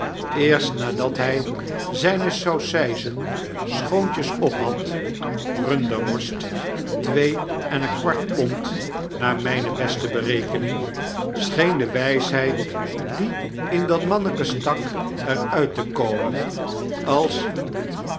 eerst nadat hy zijne saucyzen schoontjes ophad runderworst twee en een kwart pond naar myne beste berekening scheen de wysheid die in dat manneke stak er uit te komen als